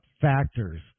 factors